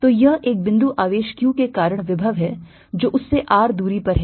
तो यह एक बिंदु आवेश q के कारण विभव है जो उससे r दूरी पर है